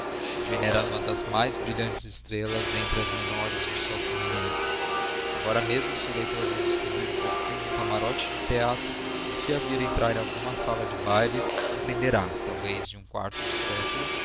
moça eugênia era uma das mais brilhantes estrelas entre as menores do céu fluminense agora mesmo se o leitor lhe descobrir o perfil em camarote de teatro ou se a vir entrar em alguma sala de baile compreenderá através de um quarto de século